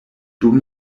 dum